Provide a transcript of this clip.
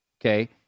okay